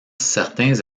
certains